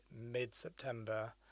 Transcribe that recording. mid-September